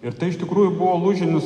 ir tai iš tikrųjų buvo lūžinis